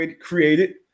created